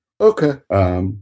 Okay